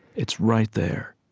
it's right there.